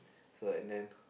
so and then